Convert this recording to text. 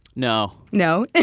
no no?